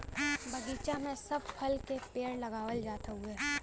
बगीचा में सब फल के पेड़ लगावल जात हउवे